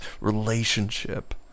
relationship